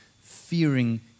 fearing